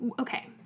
okay